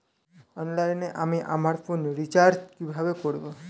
অনলাইনে আমি আমার ফোনে রিচার্জ কিভাবে করব?